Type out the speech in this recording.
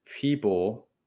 people